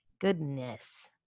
Goodness